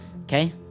Okay